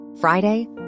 Friday